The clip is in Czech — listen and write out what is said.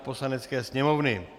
Poslanecké sněmovny